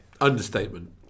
Understatement